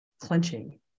clenching